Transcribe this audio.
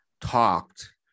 talked